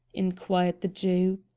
inquired the jew.